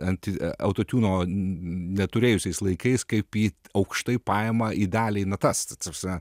anti autotiuno neturėjusiais laikais kaip ji aukštai paima idealiai natas ta prasme